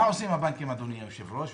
מה עושים הבנקים, אדוני היושב-ראש?